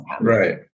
Right